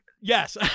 Yes